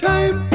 Time